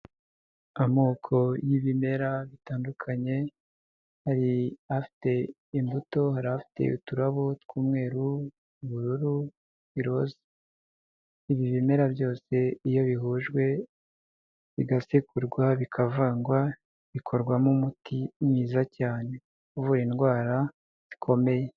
Amoko y'ibimera bitandukanye, hari afite imbuto, hari afite uturabo tw'umweru, ubururu, iroze, ibi bimera byose iyo bihujwe bigasekurwa bikavangwa bikorwamo umuti mwiza cyane. Uvura indwara zikomeye.